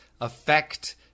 affect